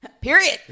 Period